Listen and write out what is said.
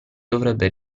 dovrebbe